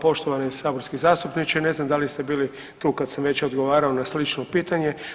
Poštovani saborski zastupniče ne znam da li ste bili tu kad sam već odgovarao na slično pitanje.